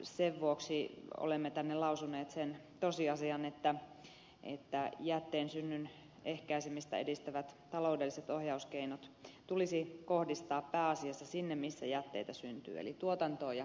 sen vuoksi olemme tänne lausuneet sen tosiasian että jätteen synnyn ehkäisemistä edistävät taloudelliset ohjauskeinot tulisi kohdistaa pääasiassa sinne missä jätteitä syntyy eli tuotantoon ja kauppaan